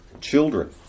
children